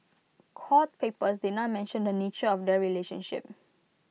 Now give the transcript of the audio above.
court papers did not mention the nature of their relationship